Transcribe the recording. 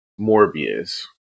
Morbius